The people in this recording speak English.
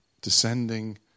descending